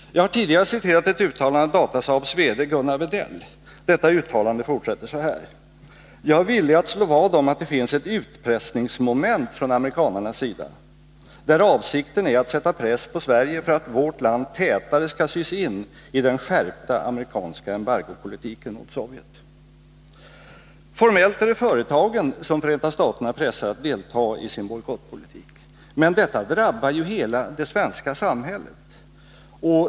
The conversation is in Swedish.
Jag har tidigare citerat ett uttalande av Datasaabs VD Gunnar Wedell. Detta uttalande fortsätter: ”Jag är villig att slå vad om att det finns ett utpressningsmoment från amerikanarnas sida, där avsikten är att sätta press på Sverige för att vårt land tätare skall sys in i den skärpta amerikanska embargopolitiken mot Sovjet.” Formellt är det företagen som Förenta staterna pressar att delta i sin bojkottpolitik. Men detta drabbar ju hela det svenska samhället.